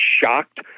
shocked